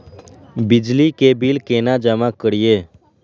बिजली के बिल केना जमा करिए?